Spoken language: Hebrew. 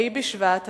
ה' בשבט התש"ע,